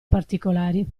particolari